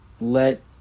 Let